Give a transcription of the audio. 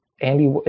Andy